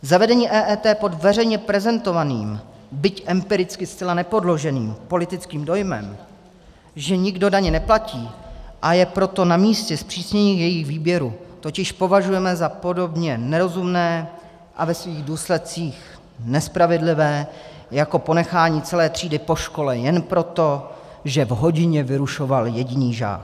Zavedení EET pod veřejně prezentovaným, byť empiricky zcela nepodloženým politickým dojmem, že nikdo daně neplatí, a je proto namístě zpřísnění jejich výběru, totiž považujeme za podobně nerozumné a ve svých důsledcích nespravedlivé jako ponechání celé třídy po škole jen proto, že v hodině vyrušoval jediný žák.